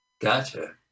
Gotcha